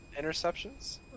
interceptions